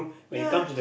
ya